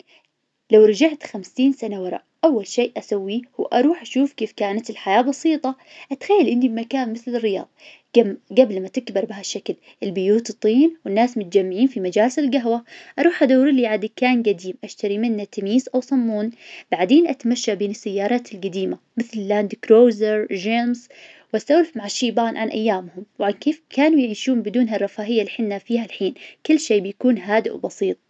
لو رجعت خمسين سنة ورا أول شي أسويه وأروح أشوف كيف كانت الحياة بسيطة، أتخيل إني بمكان مثل الرياض قم- قبل ما تكبر بها الشكل، البيوت الطين والناس متجمعين في مجالس القهوة، أروح أدور لي على دكان قديم أشتري منه تميس أو صمون. بعدين أتمشى بين السيارات القديمة مثل الاند كروزر جيمس، وأسولف مع الشيبان عن أيامهم، وكيف كانوا يعيشون بدون ها الرفاهية الحنا فيها الحين كل شي بيكون هادئ وبسيط.